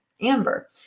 Amber